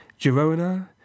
Girona